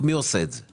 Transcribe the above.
מי עושה את זה?